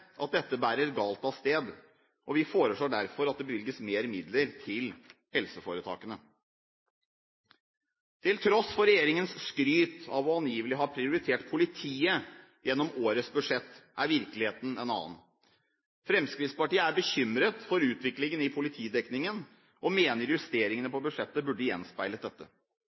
at dette bærer galt av sted, og vi foreslår derfor at det bevilges mer midler til helseforetakene. Til tross for regjeringens skryt av angivelig å ha prioritert politiet i årets budsjett er virkeligheten en annen. Fremskrittspartiet er bekymret for utviklingen i politidekningen og mener justeringene på budsjettet burde gjenspeilet dette.